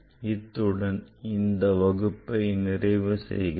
இத்துடன் இந்த வகுப்பை நிறைவு செய்கிறேன்